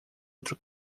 outro